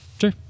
sure